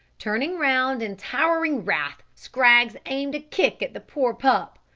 turning round in towering wrath, scraggs aimed a kick at the poor pup,